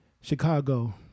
Chicago